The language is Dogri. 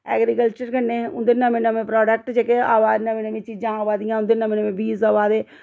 ऐग्रिकल्चर कन्नै उं'दे नमें नमें प्रोडक्ट जेह्के आवा दे नमीं नमीं चीजां आवा दियां उं'दी नमें नमें बीज आवा दे